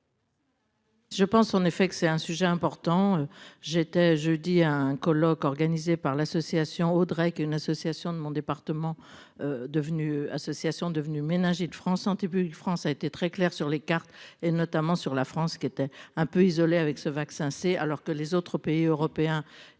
Je pense en effet que c'est un sujet important, j'étais jeudi à un colloque organisé par l'association Audrey qu'une association de mon département. Devenue association devenue méningite France Santé publique France a été très clair sur les cartes et notamment sur la France qui était un peu isolée avec ce vaccin. C'est alors que les autres pays européens.